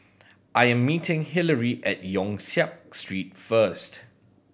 I'm meeting Hilary at Yong Siak Street first